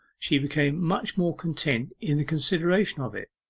she became much more content in the consideration of it.